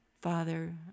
Father